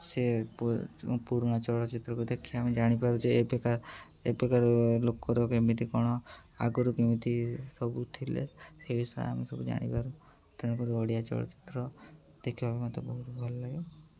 ସେ ପୁରୁଣା ଚଳଚ୍ଚିତ୍ରକୁ ଦେଖି ଆମେ ଜାଣିପାରୁ ଯେ ଏବେକା ଏବେକାର ଲୋକର କେମିତି କ'ଣ ଆଗରୁ କେମିତି ସବୁ ଥିଲେ ସେ ବିଷୟରେ ଆମେ ସବୁ ଜାଣିପାରୁ ତେଣୁକରି ଓଡ଼ିଆ ଚଳଚ୍ଚିତ୍ର ଦେଖିବାକୁ ମୋତେ ବହୁତ ଭଲଲାଗେ